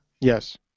Yes